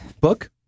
book